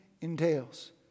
entails